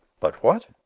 but what?